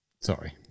Sorry